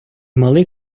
малий